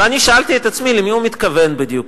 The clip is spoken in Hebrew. ואני שאלתי את עצמי למי הוא מתכוון בדיוק.